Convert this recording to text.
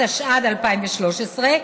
התשע"ד 2013,